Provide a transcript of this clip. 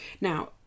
now